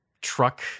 truck